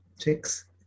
chicks